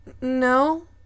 No